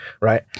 right